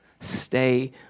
Stay